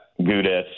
Gudis